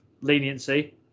leniency